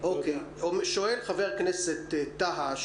שואל חבר הכנסת טאהא,